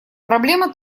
проблема